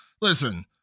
Listen